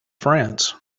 france